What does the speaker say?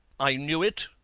i knew it,